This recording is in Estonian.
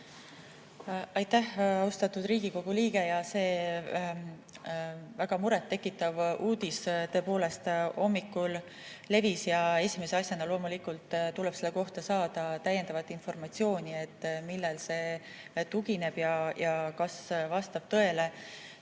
Aitäh, austatud Riigikogu liige! See väga muret tekitav uudis tõepoolest hommikul levis. Esimese asjana loomulikult tuleb saada täiendavat informatsiooni, millele see tugineb ja kas see vastab tõele.